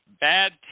bad